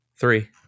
Three